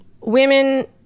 women